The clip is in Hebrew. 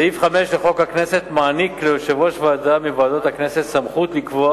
סעיף 5 לחוק הכנסת מעניק ליושב-ראש ועדה מוועדות הכנסת סמכות לקבוע